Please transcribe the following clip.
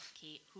Kate